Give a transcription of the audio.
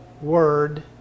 word